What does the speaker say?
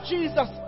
Jesus